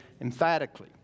emphatically